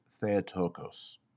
Theotokos